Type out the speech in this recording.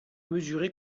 mesuré